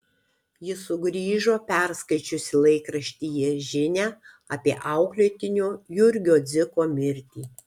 ji sugrįžo perskaičiusi laikraštyje žinią apie auklėtinio jurgio dziko mirtį